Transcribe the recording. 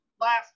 last